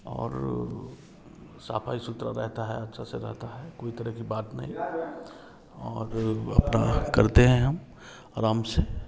और सफाई सुथरा रहता है अच्छा से रहता है कोई तरह के बात नहीं और अपना करते हैं हम आराम से